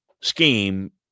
scheme